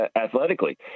athletically